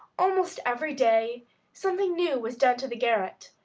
almost every day something new was done to the garret.